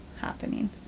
happening